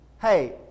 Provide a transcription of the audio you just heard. hey